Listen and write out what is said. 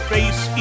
Face